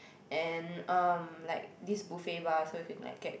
and um like this buffet bar so you can like get